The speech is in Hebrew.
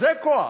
זה כוח.